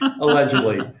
allegedly